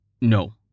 No